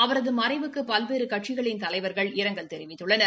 அவரது மறைவக்கு பல்வேறு கட்சிகளின் தலைவர்கள் பலர் இரங்கல் தெரிவித்துள்ளனர்